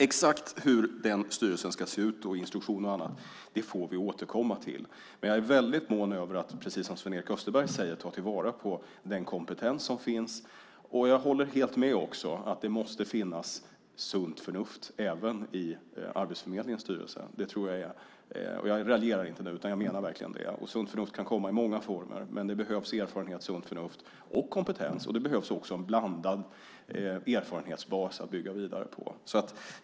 Exakt hur den styrelsen ska se ut, instruktioner och annat får vi återkomma till. Men jag är väldigt mån om, precis som Sven-Erik Österberg säger, att ta till vara den kompetens som finns. Jag håller också helt med om att det måste finnas sunt förnuft även i Arbetsförmedlingens styrelse. Jag raljerar inte nu utan jag menar verkligen det. Sunt förnuft kan komma i många former, men det behövs erfarenhet, sunt förnuft och kompetens. Och det behövs också en blandad erfarenhetsbas att bygga vidare på.